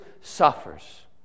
suffers